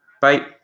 Bye